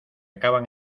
acaban